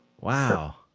Wow